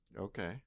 Okay